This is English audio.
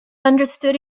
understood